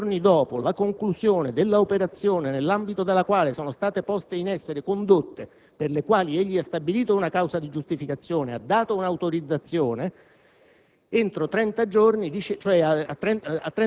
in base alla quale il Presidente del Consiglio, trenta giorni dopo la conclusione dell'operazione nell'ambito della quale sono state poste in essere condotte per le quali egli ha stabilito una causa di giustificazione, e ha dato la sua autorizzazione,